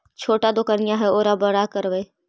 छोटा दोकनिया है ओरा बड़ा करवै?